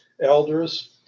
elders